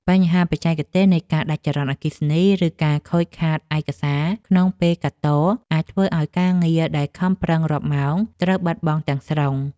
បញ្ហាបច្ចេកទេសនៃការដាច់ចរន្តអគ្គិសនី ឬការខូចខាតឯកសារក្នុងពេលកាត់ត អាចធ្វើឱ្យការងារដែលខំប្រឹងរាប់ម៉ោងត្រូវបាត់បង់ទាំងស្រុង។